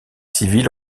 civils